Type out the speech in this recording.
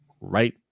right